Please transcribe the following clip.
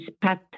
Pat